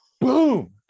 boom